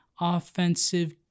offensive